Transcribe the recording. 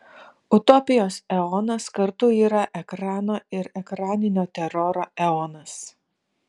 utopijos eonas kartu yra ekrano ir ekraninio teroro eonas